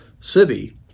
city